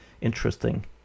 interesting